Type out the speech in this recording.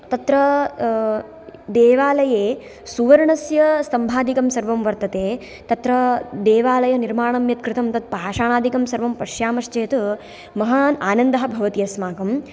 तत्र देवालये सुवर्णस्य स्तम्भादिकं वर्तते तत्र देवालयनिर्माणं यत्कृतं तत्पाषाणादिकं सर्वं पश्यामश्चेत् महान् आनन्दः भवति अस्माकं